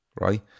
right